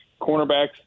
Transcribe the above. cornerbacks